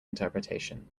interpretation